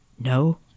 No